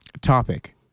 Topic